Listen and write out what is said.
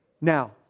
Now